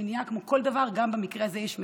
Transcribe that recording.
כמו בכל דבר, גם במקרה הזה יש מניעה,